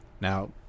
Now